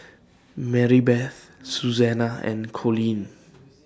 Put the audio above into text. Maribeth Susannah and Coleen